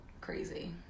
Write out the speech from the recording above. crazy